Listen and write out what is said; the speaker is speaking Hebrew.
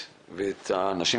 ומי יודע מה מצבו?